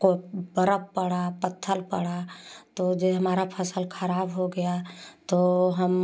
को बर्फ पड़ा पत्थर पड़ा तो जो हमरा फसल खराब हो गया तो हम